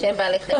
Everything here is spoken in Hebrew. שהן בעלי חיים.